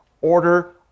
Order